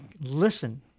Listen